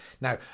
Now